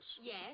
Yes